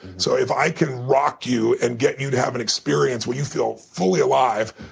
so if i can rock you and get you to have an experience where you feel fully alive,